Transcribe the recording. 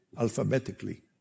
alphabetically